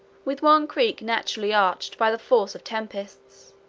with one creek naturally arched by the force of tempests.